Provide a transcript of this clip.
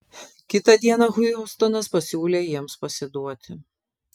kitą dieną hiustonas pasiūlė jiems pasiduoti